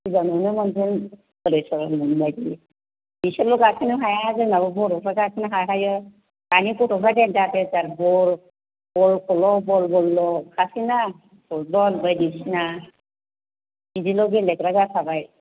टिभिआव नुनो मोनगोन हलिसरनमोन बायदि बिसोरल' गाखोनो हाया जोंनाबो बर'फ्रा गोखोनो हाखायो दानि गथ'फ्रा देन्जार देन्जार बलखौल' बलजोंलखासै ना फुटबल बायदिसिना बेजोंल गेलेग्रा जाखाबाय